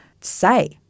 say